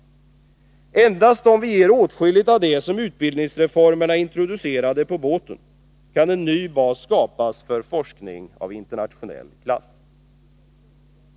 Endast om vi ger åtskilligt av det som utbildningsreformerna introducerade på båten kan en ny bas skapas för forskning av internationell klass.